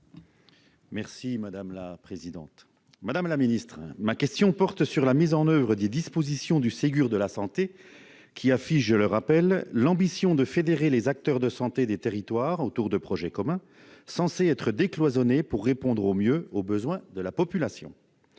et de la prévention. Madame la ministre, ma question porte sur la mise en oeuvre des dispositions du Ségur de la santé qui affiche, je le rappelle, l'ambition de fédérer les acteurs de santé dans les territoires autour de projets communs, censés être décloisonnés pour répondre au mieux aux besoins de la population.